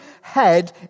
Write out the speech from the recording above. head